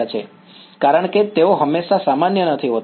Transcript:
વિદ્યાર્થી કારણ કે તેઓ હંમેશા સામાન્ય નથી હોતા